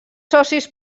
socis